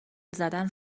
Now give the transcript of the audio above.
زدن